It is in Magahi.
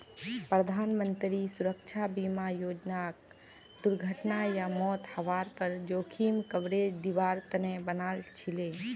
प्रधानमंत्री सुरक्षा बीमा योजनाक दुर्घटना या मौत हवार पर जोखिम कवरेज दिवार तने बनाल छीले